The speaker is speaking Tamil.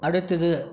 அடுத்தது